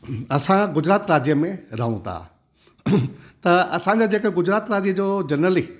असां गुजरात राज्य में रहूं था त असांजा जेके गुजरात राज्य जो जनरली